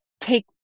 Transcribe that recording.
take